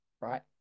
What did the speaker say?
right